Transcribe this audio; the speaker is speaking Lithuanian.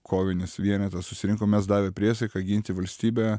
kovinis vienetas susirinkom mes davę priesaiką ginti valstybę